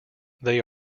they